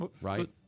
Right